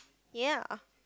ya